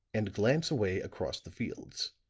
and glance away across the fields.